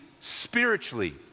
spiritually